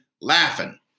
laughing